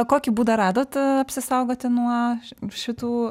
kokį būdą radot apsisaugoti nuo šitų